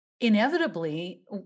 inevitably